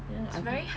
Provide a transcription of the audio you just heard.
ya I feel